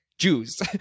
Jews